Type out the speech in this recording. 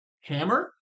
Hammer